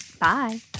Bye